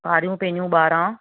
कारियूं पैनियूं ॿारहं